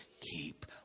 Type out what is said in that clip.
keep